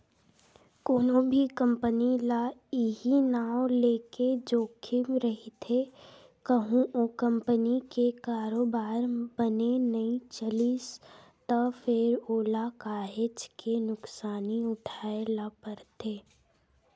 कोनो भी कंपनी ल इहीं नांव लेके जोखिम रहिथे कहूँ ओ कंपनी के कारोबार बने नइ चलिस त फेर ओला काहेच के नुकसानी उठाय ल परथे